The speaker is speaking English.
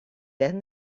then